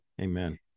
Amen